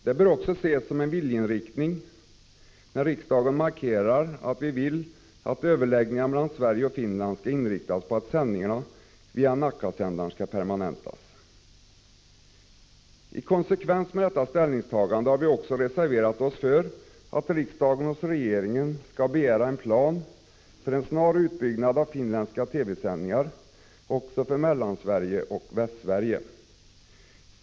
Det bör också ses som en viljeinriktning att riksdagen markerar att den vill att kommande överläggningar mellan Sverige och Finland skall inriktas på att sändningarna via Nackasändaren skall permanentas. I konsekvens med detta ställningstagande har vi också reserverat oss för att riksdagen hos regeringen skall begära en plan för en snar utbyggnad av finländska TV-sändningar också för Mellansverige och Västsverige.